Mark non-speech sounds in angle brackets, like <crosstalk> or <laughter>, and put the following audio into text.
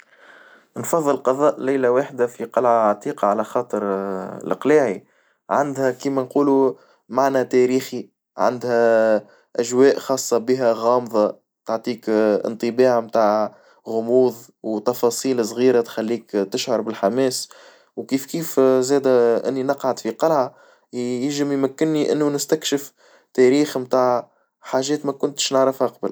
انفظل قضاء ليلة واحدة في قلعة عتيقة على خاطر <hesitation> القلاعي عندها كيما نقولو معنى تاريخي، عندها <hesitation> أجواء خاصة بها غامضة تعطيك <hesitation> انطباع متاع غموظ وتفاصيل صغيرة تخليك تشعر بالحماس، وكيف كيف <hesitation> زادا إني نقعد في قلعة يجم يمكني انو نستكشف تاريخ متاع حاجات مكنتش نعرفها قبل.